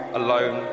alone